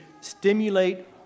stimulate